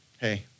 hey